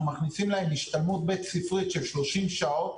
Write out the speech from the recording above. מכניסים להם השתלמות בית-ספרית של 30 שעות